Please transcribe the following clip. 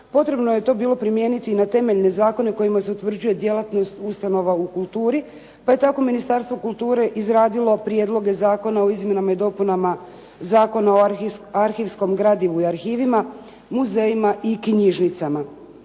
potrebno je to bilo primijeniti na temeljne zakone kojima se utvrđuje djelatnost ustanova u kulturi, pa je tako Ministarstvo kulture izradilo prijedloge zakona o izmjenama i dopunama Zakona o arhivskom gradivu i arhivima, muzejima i knjižnicama.